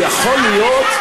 אולי זה יכול להיות,